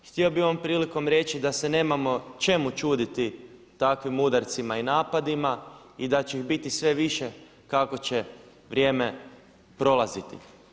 Htio bih ovom prilikom reći da se nemamo čemu čuditi takvim udarcima i napadima i da će ih biti sve više kako će vrijeme prolaziti.